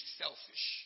selfish